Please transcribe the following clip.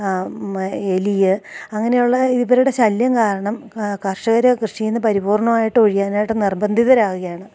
എലി അങ്ങനെയുള്ള ഇവരുടെ ശല്യം കാരണം കർഷകർ കൃഷിയിൽ നിന്ന് പരിപൂർണ്ണമായിട്ടൊഴിയാനായിട്ട് നിർബന്ധിതരാകുകയാണ്